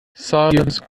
silence